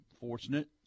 fortunate